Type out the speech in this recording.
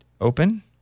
Open